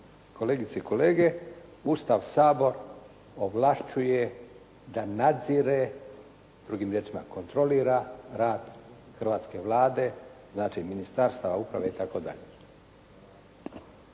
Kolegice i kolege Ustav Sabor ovlašćuje da nadzire, drugim riječima kontrolira rad hrvatske Vlade. Znači ministarstava, uprave i